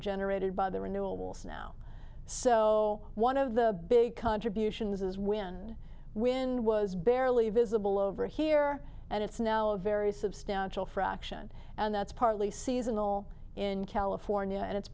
generated by the renewables now so one of the big contributions is wind wind was barely visible over here and it's now a very substantial fraction and that's partly seasonal in california and it's